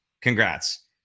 Congrats